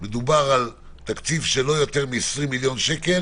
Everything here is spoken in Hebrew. מדובר על תקציב של לא יותר מ-20 מיליון שקל